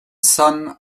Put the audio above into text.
son